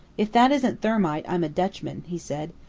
if that isn't thermite, i'm a dutchman, he said.